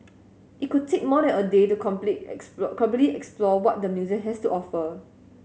it could take more than a day to completely explore completely explore what the museum has to offer